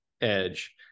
edge